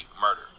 murder